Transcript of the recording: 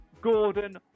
Gordon